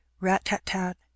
rat-tat-tat